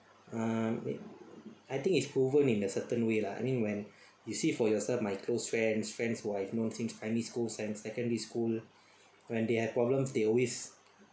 uh wait I think is proven in a certain way lah I mean when you see for yourself my close friends friends who I've known since primary school sec~ secondary school when they have problems they always